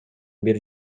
бир